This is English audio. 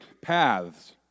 paths